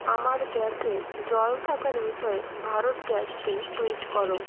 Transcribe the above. আমার গ্যাসে জল থাকার বিষয়ে ভারত গ্যাসকে টুইট করো